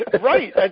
Right